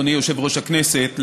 אדוני יושב-ראש הכנסת,